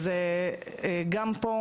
גם כאן,